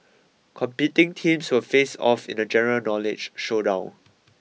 competing teams so face off in a general knowledge showdown